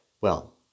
Well